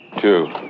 two